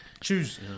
choose